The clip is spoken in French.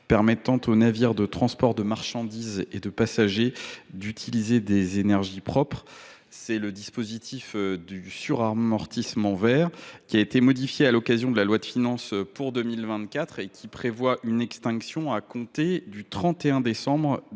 permettant aux navires de transport de marchandises et de passagers d’utiliser des énergies propres. Il s’agit du dispositif de suramortissement vert, qui a été modifié à l’occasion de la loi de finances pour 2024 et qui doit s’éteindre au 31 décembre de